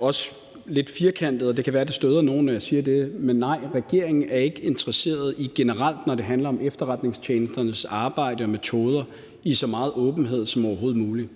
også lidt firkantet, og det kan være, det støder nogen, når jeg siger det, sige, at regeringen ikke er interesseret i generelt, når det handler om efterretningstjenesternes arbejde og metoder, så meget åbenhed som overhovedet muligt.